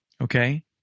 Okay